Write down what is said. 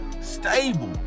stable